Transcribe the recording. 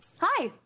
Hi